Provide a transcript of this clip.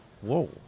Whoa